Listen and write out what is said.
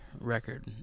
record